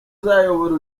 uzayobora